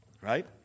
right